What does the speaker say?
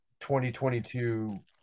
2022